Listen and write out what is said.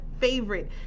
favorite